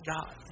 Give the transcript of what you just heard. God